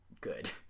good